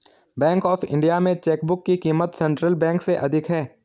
bank of India में chequebook की क़ीमत सेंट्रल बैंक से अधिक है